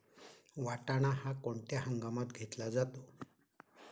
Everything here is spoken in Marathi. वाटाणा हा कोणत्या हंगामात घेतला जातो?